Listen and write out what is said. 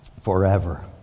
forever